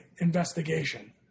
investigation